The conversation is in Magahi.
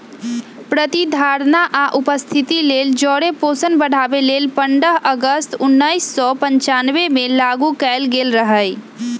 प्रतिधारणा आ उपस्थिति लेल जौरे पोषण बढ़ाबे लेल पंडह अगस्त उनइस सौ पञ्चानबेमें लागू कएल गेल रहै